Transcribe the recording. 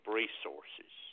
resources